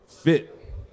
fit